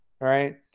right